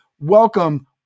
welcome